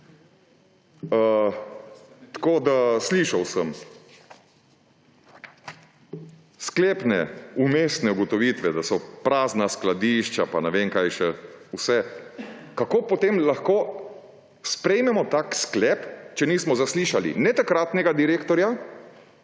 časa. Slišal sem sklepne vmesne ugotovitve, da so prazna skladišča, pa ne vem kaj še vse. Kako potem lahko sprejmemo tak sklep, če nismo zaslišali ne takratnega direktorja